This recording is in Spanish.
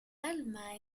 alma